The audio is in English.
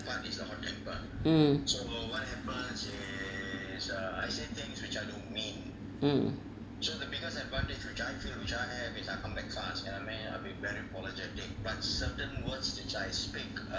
mm mm